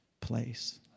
place